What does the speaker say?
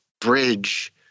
bridge